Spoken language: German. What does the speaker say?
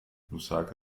lusaka